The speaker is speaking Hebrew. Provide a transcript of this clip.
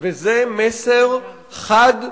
וזה מסר חד,